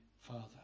father